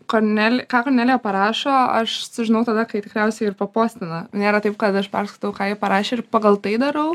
kornel ką kornelija parašo aš sužinau tada kai tikriausiai ir papostina nėra taip kad aš perskaitau ką ji parašė ir pagal tai darau